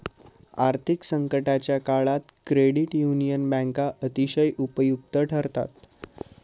आर्थिक संकटाच्या काळात क्रेडिट युनियन बँका अतिशय उपयुक्त ठरतात